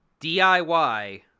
DIY